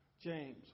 James